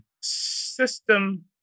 system